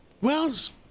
Wells